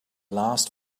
last